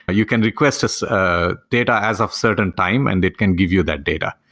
ah you can request as ah data as of certain time and it can give you that data.